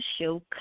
show